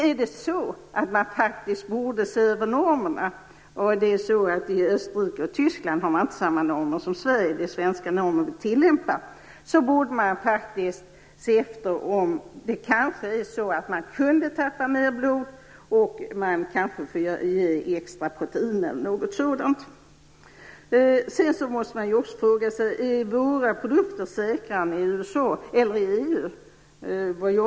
Är det så att man borde man se över normerna - i Österrike och Tyskland har man inte samma normer som i Sverige - borde man faktiskt se efter om man kan tappa mer blod och ge extra proteiner, t.ex. Man måste också fråga sig om våra produkter är säkrare än dem i USA, eller än dem i EU.